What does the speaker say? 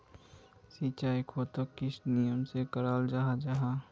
सिंचाई खेतोक किस नियम से कराल जाहा जाहा?